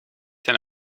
ten